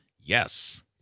yes